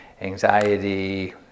anxiety